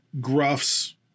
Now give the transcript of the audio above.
Gruff's